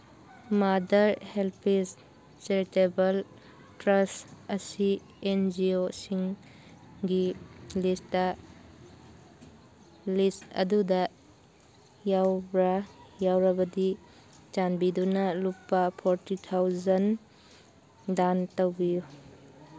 mother helpless charitable trust ꯑꯁꯤ N G ꯑꯣꯁꯤꯡꯒꯤ list ꯂꯤꯁ ꯑꯗꯨꯗ ꯌꯥꯎꯕ꯭ꯔ ꯌꯥꯎꯔꯕꯗꯤ ꯆꯥꯟꯕꯤꯗꯨꯅ ꯂꯨꯄꯥ ꯐꯣꯔꯇꯤ ꯊꯥꯎꯖꯟ ꯗꯥꯟ ꯇꯧꯕꯤꯌꯨ